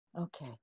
okay